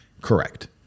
Correct